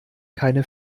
keine